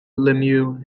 lemieux